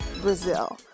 Brazil